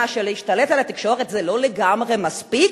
שלהשתלט על התקשורת זה לא לגמרי מספיק,